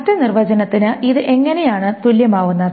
മറ്റ് നിർവചനത്തിന് ഇത് എങ്ങനെയാണ് തുല്യമാവുന്നത്